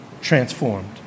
transformed